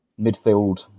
midfield